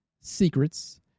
secrets